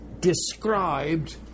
described